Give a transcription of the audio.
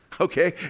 okay